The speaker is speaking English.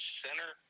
center